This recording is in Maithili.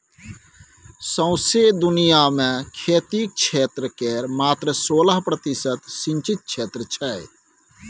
सौंसे दुनियाँ मे खेतीक क्षेत्र केर मात्र सोलह प्रतिशत सिचिंत क्षेत्र छै